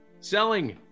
selling